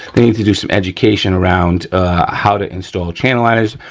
they need to do some education around how to install channel liners,